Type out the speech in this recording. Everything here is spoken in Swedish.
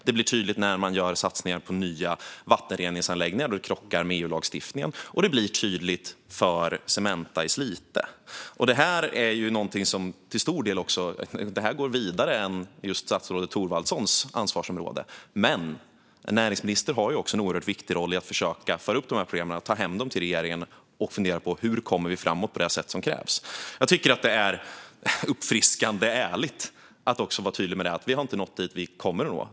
Det blir tydligt när man gör satsningar på nya vattenreningsanläggningar och det krockar med EU-lagstiftningen, och det blir tydligt för Cementa i Slite. Det här är vidare än just statsrådet Thorwaldssons ansvarsområde, men näringsministern har också en oerhört viktig roll i att försöka föra upp problemen, ta dem med sig till regeringen och fundera över hur vi kommer framåt. Det är uppfriskande ärligt att vara tydlig med att man inte har nått fram.